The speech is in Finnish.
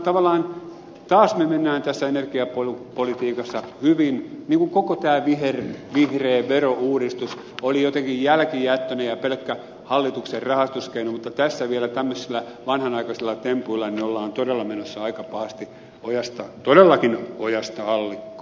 tavallaan taas tässä energiapolitiikassa niin kuin koko tämä vihreä verouudistus oli jotenkin jälkijättöinen ja pelkkä hallituksen rahastuskeino mutta tässä vielä tämmöisillä vanhanaikaisilla tempuilla ollaan todellakin menossa aika pahasti ojasta allikkoon